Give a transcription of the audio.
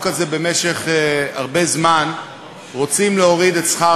הזה במשך הרבה זמן רוצים להוריד את שכר